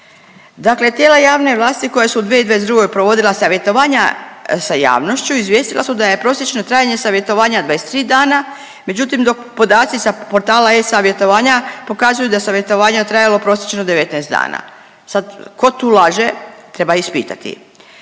Dakle, tijela javne vlasti koja su u 2022. provodila savjetovanja sa javnošću izvijestila su da je prosječno trajanje savjetovanja 23 dana, međutim, podaci sa portala e-savjetovanja pokazuju da je savjetovanje trajalo prosječno 19 dana, sad ko tu laže treba ispitati.